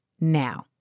now